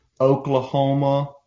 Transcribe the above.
Oklahoma